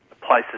places